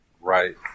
Right